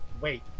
Wait